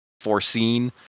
foreseen